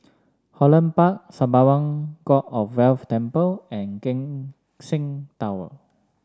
Holland Park Sembawang God of Wealth Temple and Keck Seng Tower